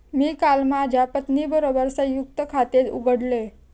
मी काल माझ्या पत्नीबरोबर संयुक्त खाते उघडले